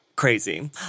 Crazy